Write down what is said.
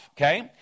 Okay